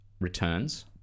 Returns